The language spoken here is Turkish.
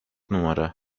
numara